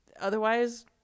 otherwise